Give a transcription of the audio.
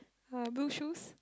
uh blue shoes